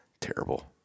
terrible